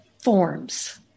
forms